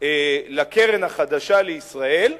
לקרן החדשה לישראל ולומר: